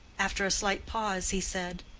after a slight pause, he said,